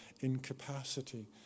incapacity